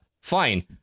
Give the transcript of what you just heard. fine